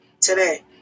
today